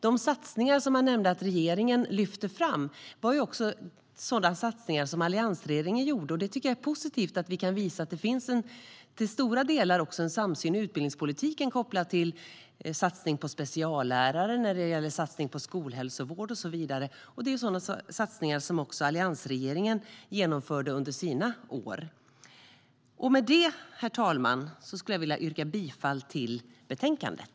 De satsningar han nämnde att regeringen lyfter fram var sådana som även alliansregeringen gjorde, och jag tycker att det är positivt att vi kan visa att det i stora delar finns en samsyn i utbildningspolitiken. Det gäller satsningar på speciallärare, skolhälsovård och så vidare, och det är sådana satsningar som också alliansregeringen genomförde under sina år. Med det, herr talman, yrkar jag bifall till förslaget i betänkandet.